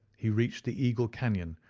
he reached the eagle canon,